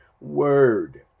word